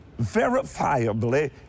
verifiably